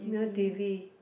Mio T_V